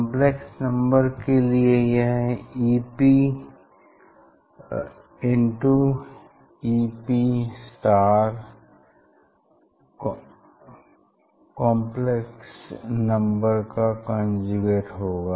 complex number के लिए यह Ep Ep काम्प्लेक्स नम्बर का कोंजूगेट होगा